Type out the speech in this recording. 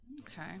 Okay